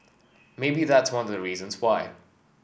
maybe that's one of the reasons why